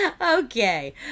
Okay